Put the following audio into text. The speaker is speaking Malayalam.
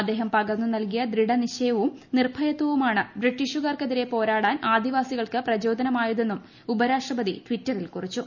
അദ്ദേഹം പകർന്നു നൽകിയ ദൃഢനിശ്ചയവുംനിർഭയത്വവുമാണ് ബ്രിട്ടീഷുകാർക്കെതിരെ പോരാടാൻ ആദിവാസികൾക്ക് പ്രചോദനമായതെന്നും ഉപരാഷ്ട്രപതി ടിറ്ററിൽ കുറിച്ചു